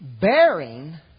bearing